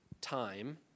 time